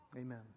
amen